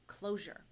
closure